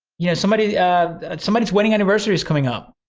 yeah somebody's yeah somebody's wedding anniversary is coming up.